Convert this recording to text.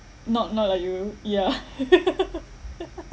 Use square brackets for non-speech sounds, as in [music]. not not like you yeah [laughs]